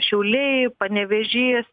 šiauliai panevėžys